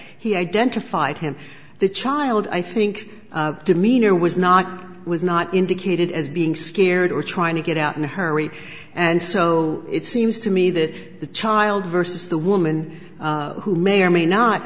he identified him the child i think demeanor was not was not indicated as being scared or trying to get out in a hurry and so it seems to me that the child versus the woman who may or may not